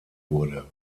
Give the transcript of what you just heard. wurde